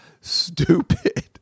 stupid